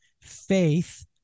Faith